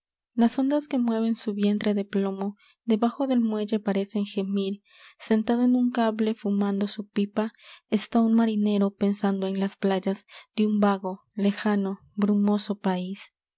las ondas que mueven su vientre de plomo debajo del muelle parecen gemir sentado en un cable fumando su pipa está un marinero pensando en las playas de un vago lejano brumoso país es